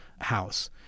house